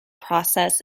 process